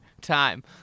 time